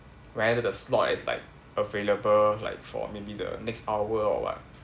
whether the slot is like available like for maybe the next hour or what